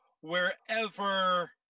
wherever